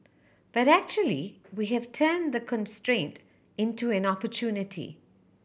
but actually we have turned the constraint into an opportunity